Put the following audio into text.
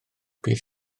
bydd